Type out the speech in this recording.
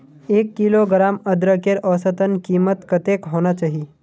एक किलोग्राम अदरकेर औसतन कीमत कतेक होना चही?